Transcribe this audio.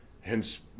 Hence